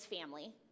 family